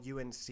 UNC